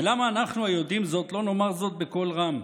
ולמה אנחנו, היודעים זאת, לא נאמר זאת בקול רם?